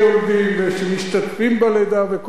שמולידים ושיולדים ושמשתתפים בלידה וכל המלים.